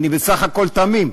אני בסך הכול תמים.